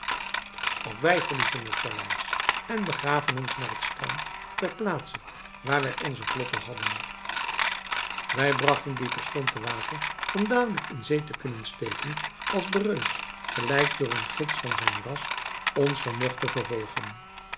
ook wij verlieten het paleis en begaven ons naar het strand ter plaatse waar wij onze vlotten hadden wij bragten die terstond te water om dadelijk in zee te kunnen steken als de reus geleid door een gids van zijn ras ons mogt vervolgen